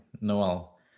Noel